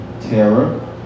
terror